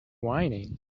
whining